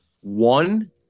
one